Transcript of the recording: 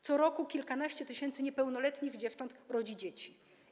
Co roku kilkanaście tysięcy niepełnoletnich dziewcząt rodzi dzieci.